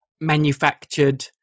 manufactured